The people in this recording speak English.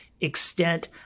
extent